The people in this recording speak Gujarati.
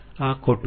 આ ખોટું છે